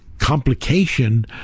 complication